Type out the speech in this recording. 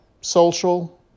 social